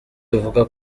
bivugwa